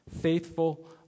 Faithful